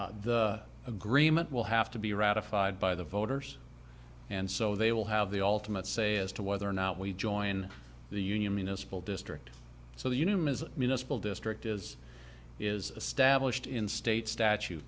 fall the agreement will have to be ratified by the voters and so they will have the ultimate say as to whether or not we join the union municipal district so the union is a municipal district is is established in state statu